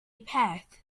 path